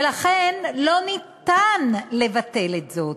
ולכן אין אפשרות לבטל זאת.